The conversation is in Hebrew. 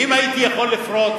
אם הייתי יכול לפרוט,